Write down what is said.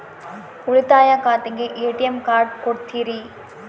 ಉಳಿತಾಯ ಖಾತೆಗೆ ATM card ಕೊಡ್ತೇರಿ?